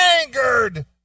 angered